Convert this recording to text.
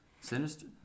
Sinister